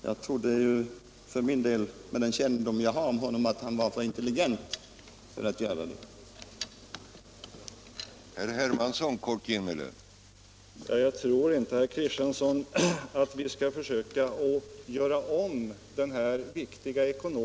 Med den kännedom jag har om herr Hermansson trodde jag att han var för intelligent för att göra det.